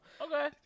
Okay